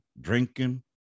drinking